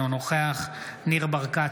אינו נוכח ניר ברקת,